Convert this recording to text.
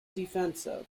defensive